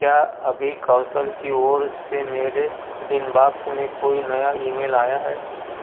क्या अभी कौशल की ओर से मेरे इनबाक्स में कोई नया ईमेल आया है